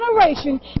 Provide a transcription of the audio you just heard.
generation